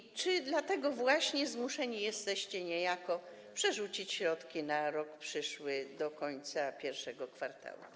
I czy dlatego właśnie zmuszeni jesteście niejako przerzucić środki na rok przyszły do końca I kwartału?